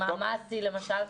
מה למשל השיא?